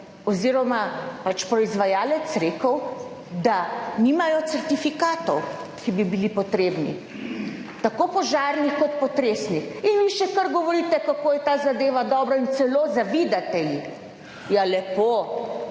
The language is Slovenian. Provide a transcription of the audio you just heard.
oziroma pač proizvajalec rekel, da nimajo certifikatov, ki bi bili potrebni, tako požarni kot potresni, in vi še kar govorite kako je ta zadeva dobra in celo zavidate ji. Ja, lepo.